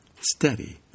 steady